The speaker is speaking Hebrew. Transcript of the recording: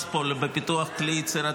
אחורה על הגשת הצעת חוק פרטית בנושא הזה,